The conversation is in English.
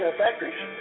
factories